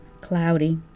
cloudy